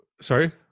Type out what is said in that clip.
sorry